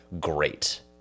great